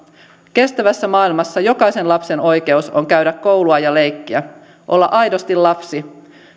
kestävässä maailmassa jokaisen lapsen oikeus on käydä koulua ja leikkiä olla aidosti lapsi